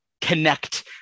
connect